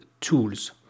tools